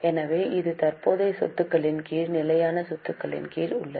எனவே இது தற்போதைய சொத்துகளின் கீழ் நிலையான சொத்துகளின் கீழ் உள்ளது